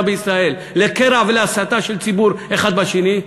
בישראל: לקרע ולהסתה של ציבור אחד בשני.